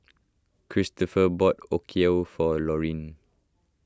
Cristopher bought Okayu for Laurine